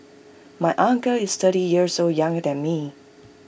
my uncle is thirty years old young than me